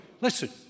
Listen